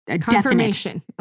Confirmation